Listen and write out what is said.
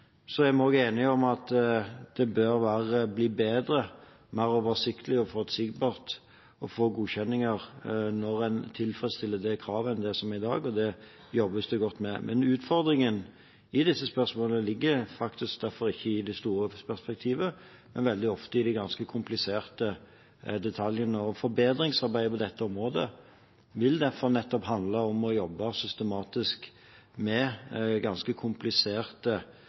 Så er vi også enige om at det bør bli bedre, at det bør bli mer oversiktlig og forutsigbart å få godkjenninger når en tilfredsstiller det kravet, enn det er i dag, og det jobbes det godt med. Men utfordringen i disse spørsmålene ligger faktisk ikke i det store perspektivet, men veldig ofte i de ganske kompliserte detaljene. Forbedringsarbeidet på dette området vil derfor handle om å jobbe systematisk med ganske kompliserte